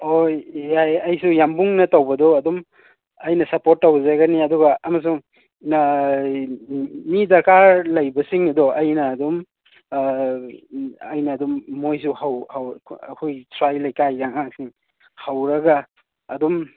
ꯑꯣ ꯌꯥꯏꯌꯦ ꯑꯩꯁꯨ ꯌꯥꯝꯕꯨꯡꯅ ꯇꯧꯕꯗꯣ ꯑꯗꯨꯝ ꯑꯩꯅ ꯁꯄꯣꯠ ꯇꯧꯖꯒꯅꯤ ꯑꯗꯨꯒ ꯑꯃꯁꯨꯡ ꯃꯤ ꯗꯔꯀꯥꯔ ꯂꯩꯕꯁꯤꯡꯗꯣ ꯑꯩꯅ ꯑꯗꯨꯝ ꯑꯩꯅ ꯑꯗꯨꯝ ꯃꯣꯏꯁꯨ ꯑꯩꯈꯣꯏ ꯁ꯭ꯋꯥꯏꯒꯤ ꯂꯩꯀꯥꯏꯒꯤ ꯑꯉꯥꯡꯁꯤꯡ ꯍꯧꯔꯒ ꯑꯗꯨꯝ